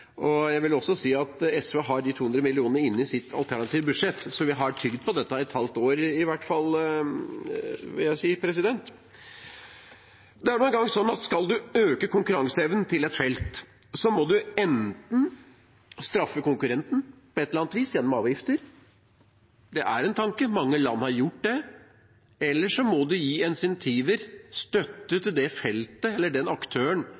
om. Jeg vil også si at SV har de 200 mill. kr inne i sitt alternative budsjett, så vi har tygd på dette i hvert fall i et halvt år, vil jeg si. Det er nå engang sånn at skal man øke konkurranseevnen til et felt, må man enten straffe konkurrenten på et eller annet vis, gjennom avgifter – det er en tanke; mange land har gjort det – eller man må gi incentiver og støtte til det feltet eller den aktøren